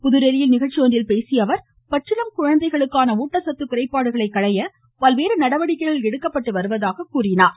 புதுதில்லியில் நிகழ்ச்சி ஒன்றில் பேசிய அவர் பச்சிளம் குழந்தைகளுக்கான ஊட்டச்சத்து குறைபாடுகளை களைய பல்வேறு நடவடிக்கைகள் எடுக்கப்பட்டு வருவதாக கூறினார்